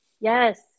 Yes